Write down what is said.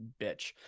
bitch